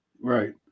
Right